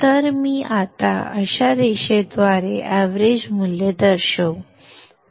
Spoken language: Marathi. तर मी अशा रेषेद्वारे एवरेज मूल्य दर्शवू